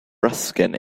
ruskin